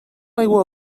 aigua